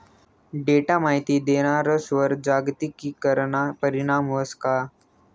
Data माहिती देणारस्वर जागतिकीकरणना परीणाम व्हस का?